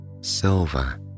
silver